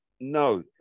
No